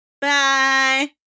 Bye